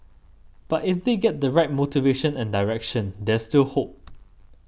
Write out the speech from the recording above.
but if they get the right motivation and direction there's still hope